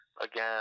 again